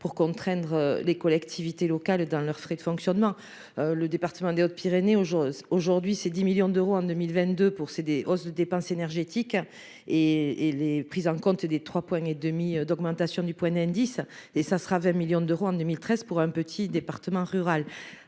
pour contraindre les collectivités locales dans leurs frais de fonctionnement, le département des Hautes-Pyrénées, au jour d'aujourd'hui, c'est 10 millions d'euros en 2022 pour céder aux aux dépenses énergétiques et et les prise en compte des 3 points et demi d'augmentation du point d'indice et ça sera 20 millions d'euros en 2013 pour un petit département rural